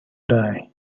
die